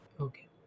okay